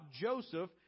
joseph